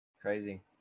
Crazy